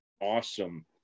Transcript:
awesome